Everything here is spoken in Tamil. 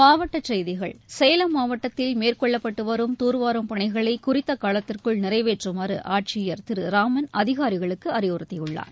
மாவட்ட செய்திகள் சேலம் மாவட்டத்தில் மேற்கொள்ளப்பட்டு வரும் துர்வாரும் பணிகளை குறித்த காலத்திற்குள் நிறைவேற்றமாறு ஆட்சியர் திரு ராமன் அதிகாரிகளுக்கு அறிவுறுத்தியுள்ளார்